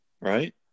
Right